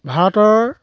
ভাৰতৰ